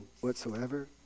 whatsoever